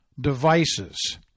devices